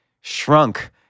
shrunk